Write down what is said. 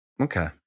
okay